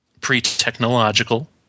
pre-technological